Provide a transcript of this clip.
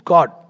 God